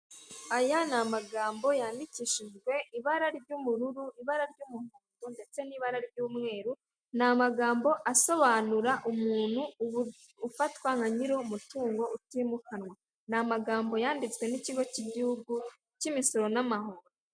Aya ni amagambo yandikishijwe ibara ry'ubururu, ibara ry'umutuku ndetse n'ibara ry'umweru ni amagambo asobanura umuntu ufatwa nka nyir'umutungo utimukanwa. Ni amagambo yanditswe n'ikigo k'igihugu k'imisoro n'amahoro.